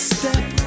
step